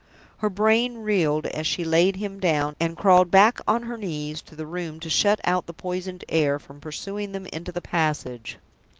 her brain reeled as she laid him down, and crawled back on her knees to the room to shut out the poisoned air from pursuing them into the passage.